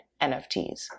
nfts